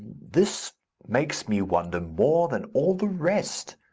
this makes me wonder more than all the rest,